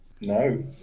No